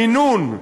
זה מינון.